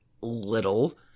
Little